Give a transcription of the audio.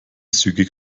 zügig